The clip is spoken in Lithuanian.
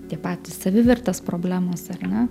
tie patys savivertės problemos ar ne